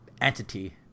entity